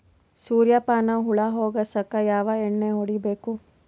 ಸುರ್ಯಪಾನ ಹುಳ ಹೊಗಸಕ ಯಾವ ಎಣ್ಣೆ ಹೊಡಿಬೇಕು?